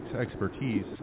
expertise